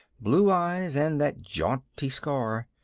blue eyes and that jaunty scar,